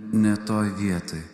ne toj vietoj